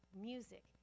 music